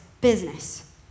business